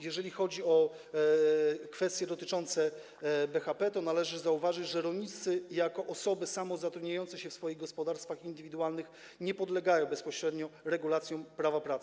Jeżeli chodzi o kwestie dotyczące BHP, to należy zauważyć, że rolnicy jako osoby samozatrudniające się w swoich gospodarstwach indywidualnych nie podlegają bezpośrednio regulacjom prawa pracy.